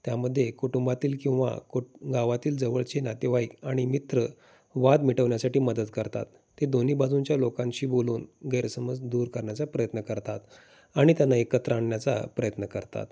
त्यामध्ये कुटुंबातील किंवा कोट गावातील जवळचे नातेवाईक आणि मित्र वाद मिटवण्या्साठी मदत करतात ते दोन्ही बाजूूनच्या लोकांशी बोलून गैरसमज दूर करण्याचा प्रयत्न करतात आणि त्यांना एकत्र आणण्याचा प्रयत्न करतात